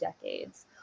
decades